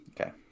Okay